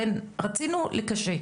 בין רצינו לקשה.